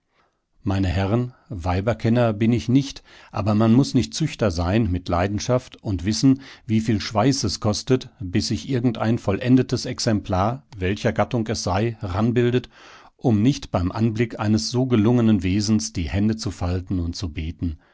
meine herren weiberkenner bin ich nicht aber man muß nicht züchter sein mit leidenschaft und wissen wie viel schweiß es kostet bis sich irgendein vollendetes exemplar welcher gattung es sei ranbildet um nicht beim anblick eines so gelungenen wesens die hände zu falten und zu beten